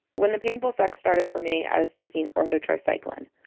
when the painful sex started for me, i was taking ortho-tri-cyclen.